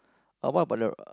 uh what about the